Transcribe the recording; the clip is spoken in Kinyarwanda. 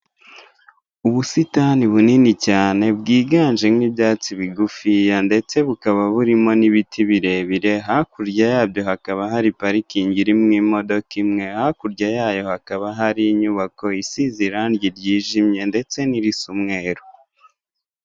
Ubusitani bunini cyane bwiganjemo ibyatsi bigufiya ndetse bukaba burimo n'ibiti birebire, hakurya yabyo hakaba hari parikingi iririmo imodoka imwe, hakurya yayo hakaba hari inyubako isize irange ryijimye ndetse n'irisa umweru.